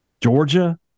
Georgia